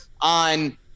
on